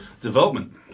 development